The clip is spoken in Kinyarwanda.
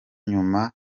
nyuma